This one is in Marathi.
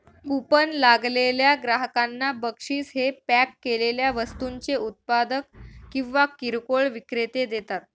कुपन लागलेल्या ग्राहकांना बक्षीस हे पॅक केलेल्या वस्तूंचे उत्पादक किंवा किरकोळ विक्रेते देतात